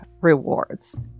rewards